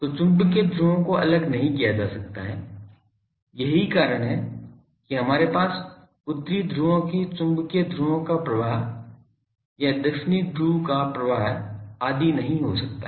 तो चुंबकीय ध्रुवों को अलग नहीं किया जा सकता है यही कारण है कि हमारे पास उत्तरी ध्रुवों के चुंबकीय ध्रुवों का प्रवाह या दक्षिण ध्रुव का प्रवाह आदि नहीं हो सकता है